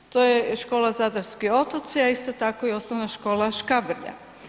To je škola Zadarski otoci, a isto tako i Osnovna škola Škabrnja.